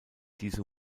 diese